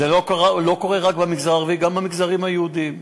זה לא קורה רק במגזר הערבי, גם במגזרים היהודיים,